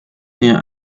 near